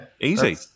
Easy